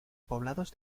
poblados